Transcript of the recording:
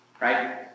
right